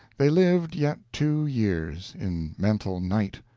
they lived yet two years, in mental night,